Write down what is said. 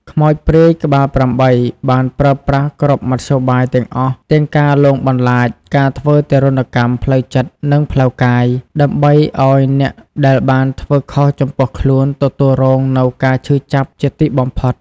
ខ្មោចព្រាយក្បាល៨ បានប្រើប្រាស់គ្រប់មធ្យោបាយទាំងអស់ទាំងការលងបន្លាច ការធ្វើទារុណកម្មផ្លូវចិត្ត និងផ្លូវកាយ ដើម្បីឲ្យអ្នកដែលបានធ្វើខុសចំពោះខ្លួនទទួលរងនូវការឈឺចាប់ជាទីបំផុត។